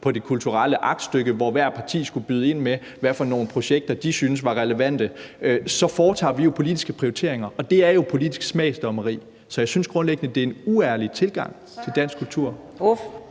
på det kulturelle aktstykke, hvor hvert parti skulle byde ind med, hvad for nogle projekter de syntes var relevante – så foretager vi jo politiske prioriteringer, og det er jo politisk smagsdommeri. Så jeg synes grundlæggende, at det er en uærlig tilgang til dansk kultur.